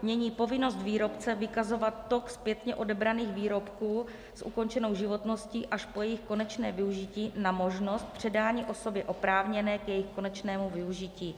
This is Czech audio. Mění povinnost výrobce vykazovat tok zpětně odebraných výrobků s ukončenou životností až po jejich konečné využití na možnost předání osobě oprávněné k jejich konečnému využití.